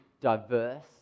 diverse